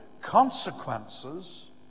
consequences